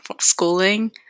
schooling